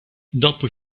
dopo